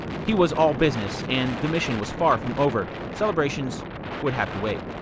he was all business and the mission was far from over celebrations would have to wait.